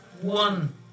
one